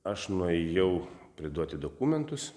aš nuėjau priduoti dokumentus